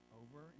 over